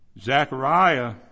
Zechariah